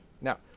Now